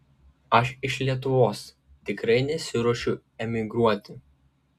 aš iš lietuvos tikrai nesiruošiu emigruoti